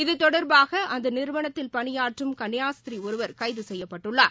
இத தொடர்பாக அந்த நிறுவனத்தில் பணியாற்றும் கன்னியாஸ்திரி ஒருவர் கைது செய்யப்பட்டுள்ளார்